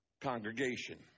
congregation